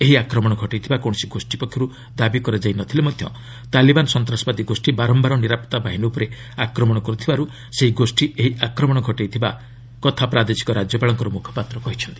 ଏହି ଆକ୍ମଣ ଘଟାଇଥବା କୌଣସି ଗୋଷ୍ଠୀ ପକ୍ଷର୍ ଦାବି କରାଯାଇ ନ ଥିଲେ ମଧ୍ୟ ତାଲିବାନ ସନ୍ତାସବାଦୀ ଗୋଷ୍ଠୀ ବାରମ୍ଭାର ନିରାପତ୍ତା ବାହିନୀ ଉପରେ ଆକ୍ରମଣ କର୍ତ୍ତବାର୍ ସେହି ଗୋଷ୍ଠୀ ଏହି ଆକ୍ରମଣ ଘଟାଇଥିବା ପ୍ରାଦେଶିକ ରାଜ୍ୟପାଳଙ୍କ ମ୍ରଖପାତ୍ର କହିଚ୍ଛନ୍ତି